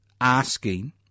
asking